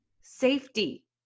safety